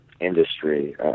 industry